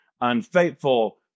unfaithful